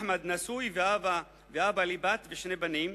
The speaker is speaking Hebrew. אחמד נשוי ואב לבת ושני בנים,